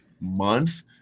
month